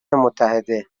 متحده